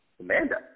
Amanda –